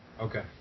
Okay